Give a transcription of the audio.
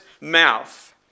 mouth